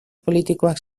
politikoak